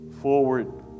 forward